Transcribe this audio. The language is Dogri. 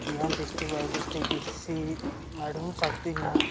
इ'यां district wise district D C madam बी सख्त हियां